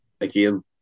again